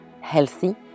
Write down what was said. healthy